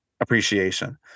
appreciation